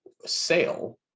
sale